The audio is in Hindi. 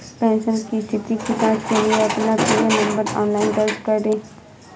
पेंशन की स्थिति की जांच के लिए अपना पीपीओ नंबर ऑनलाइन दर्ज करें